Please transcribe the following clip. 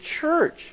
church